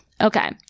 okay